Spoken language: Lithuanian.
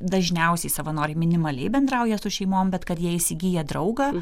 dažniausiai savanoriai minimaliai bendrauja su šeimom bet kad jie įsigyja draugą